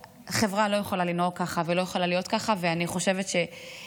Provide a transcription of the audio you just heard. חברה לא יכולה לנהוג כך ולא יכולה להיות כך ואני חושבת שדווקא